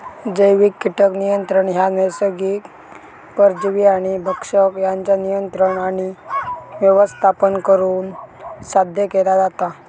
जैविक कीटक नियंत्रण ह्या नैसर्गिक परजीवी आणि भक्षक यांच्या नियंत्रण आणि व्यवस्थापन करुन साध्य केला जाता